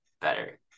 better